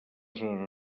zona